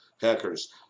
hackers